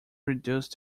reduce